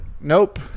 nope